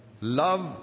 love